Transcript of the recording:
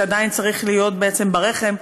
שעדיין צריך להיות בעצם ברחם,